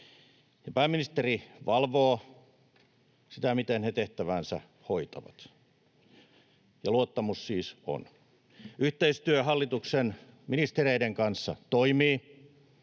pääministeri valvoo sitä, miten he tehtäväänsä hoitavat. Ja luottamus siis on. Yhteistyö hallituksen ministereiden kanssa toimii,